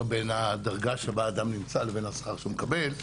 בין הדרגה שבה אדם נמצא לבין השכר שהוא מקבל,